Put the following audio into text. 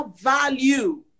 value